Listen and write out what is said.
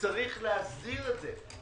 צריך להסדיר את זה.